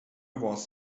was